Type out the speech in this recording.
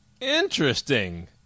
Interesting